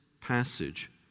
passage